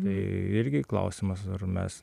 tai irgi klausimas ar mes